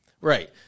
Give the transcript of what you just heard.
right